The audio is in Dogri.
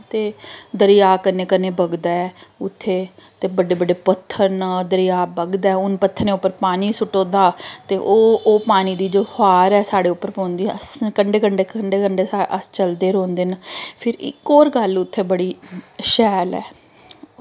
ते दरिया कन्नै कन्नै बगदा ऐ उत्थे ते बड्डे बड्डे पत्थर न दरिया बगदा ऐ उन पत्थरें पर पानी सुट्टो दा ते ओह् पानी दी जो फौहार ऐ साढ़े उप्पर पौंदी असें कंंढै कंढै कंढै कंढै अस चलदे रौंह्दे न फिर इक होर गल्ल उत्थें बड़ी शैल ऐ